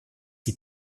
die